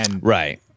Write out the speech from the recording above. Right